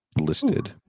listed